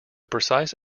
precise